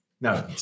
No